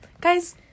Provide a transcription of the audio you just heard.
guys